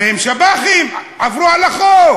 הרי הם שב"חים, עברו על החוק.